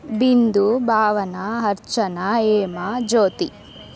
ಬಿಂದು ಭಾವನಾ ಅರ್ಚನಾ ಹೇಮಾ ಜ್ಯೋತಿ